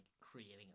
creating